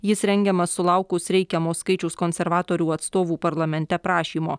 jis rengiamas sulaukus reikiamo skaičiaus konservatorių atstovų parlamente prašymo